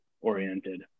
oriented